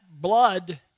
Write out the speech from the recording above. blood